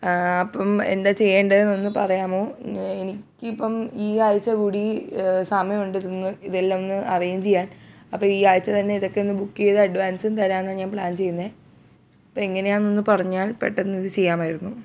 അപ്പം എന്താണ് ചെയ്യേണ്ടതെന്നൊന്ന് പറയാമോ എനിക്ക് ഇപ്പം ഈ ആഴ്ച്ച കൂടി സമയമുണ്ട് ഇതൊന്ന് ഇതെല്ലാം ഒന്ന് അറേഞ്ച് ചെയ്യാൻ അപ്പം ഈ ആഴ്ച്ച തന്നെ ഇതൊക്കെ ഒന്ന് ബുക്ക് ചെയ്ത് അഡ്വാൻസും തരാം എന്നാണ് ഞാൻ പ്ലാൻ ചെയ്യുന്നേ അപ്പം എങ്ങനെ ആണെന്ന് ഒന്ന് പറഞ്ഞാൽ പെട്ടന്ന് അത് ചെയ്യാമായിരുന്നു